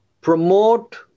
promote